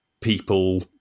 people